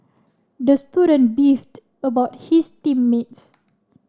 the student beefed about his team mates